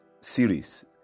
series